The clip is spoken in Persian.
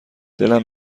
دلم